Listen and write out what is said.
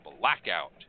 blackout